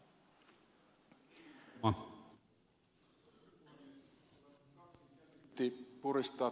arvoisa herra puhemies